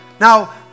Now